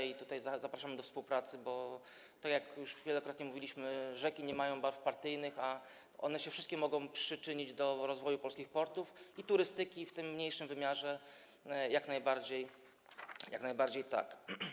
I tutaj zapraszamy do współpracy, bo tak jak już wielokrotnie mówiliśmy, rzeki nie mają barw partyjnych, a one wszystkie mogą się przyczynić do rozwoju polskich portów i turystyki w tym mniejszym wymiarze, jak najbardziej tak.